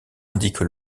indique